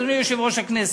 אדוני יושב-ראש הכנסת.